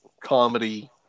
comedy